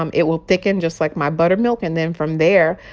um it will thicken just like my buttermilk. and then from there,